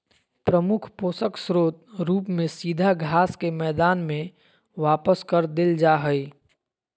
प्रमुख पोषक स्रोत रूप में सीधा घास के मैदान में वापस कर देल जा हइ